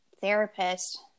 therapist